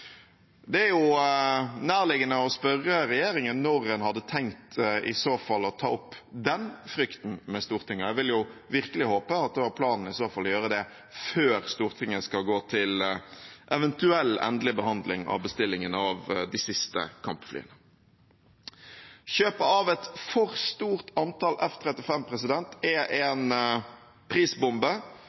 Det er nærliggende å spørre regjeringen om når en i så fall hadde tenkt å ta opp den frykten med Stortinget, og jeg vil jo virkelig håpe at det i så fall var planen å gjøre det før Stortinget skal gå til eventuell endelig behandling av bestillingen av de siste kampflyene. Kjøpet av et for stort antall F-35 er en prisbombe